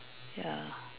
ya